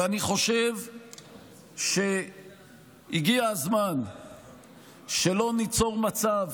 ואני חושב שהגיע הזמן שלא ניצור מצב